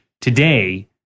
today